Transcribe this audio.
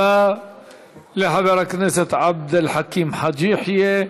תודה לחבר הכנסת עבד אל חכים חאג' יחיא.